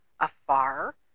Afar